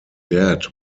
dead